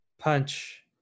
Punch